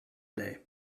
day